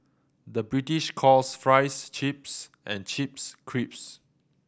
the British calls fries chips and chips crisps